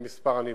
במספר הנפגעים.